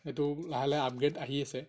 এইটো লাহে লাহে আপগ্ৰেড আহি আছে